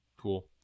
Cool